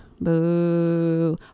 Boo